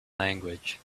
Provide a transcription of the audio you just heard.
language